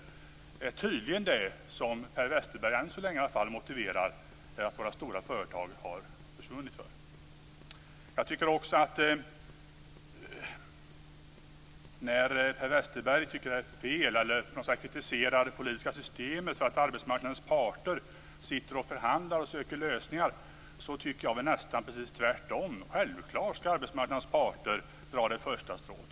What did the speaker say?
Det är tydligen med detta som Per Westerberg motiverar att våra stora företag har försvunnit. Per Westerberg kritiserade det politiska systemet och att arbetsmarknadens parter förhandlar och söker lösningar. Jag tycker nästan precis tvärtom. Självfallet skall arbetsmarknadens parter ta det första steget.